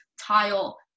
tile